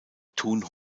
thun